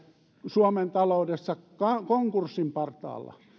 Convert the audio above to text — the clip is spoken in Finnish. suomen taloudessa konkurssin partaalla